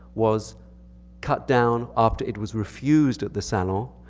was cut down after it was refused at the salon.